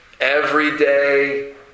everyday